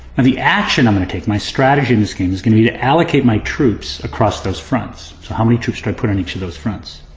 the action i'm going to take, my strategy in this game, is going to be to allocate my troops across those fronts. so how many troops do i put on each of those fronts?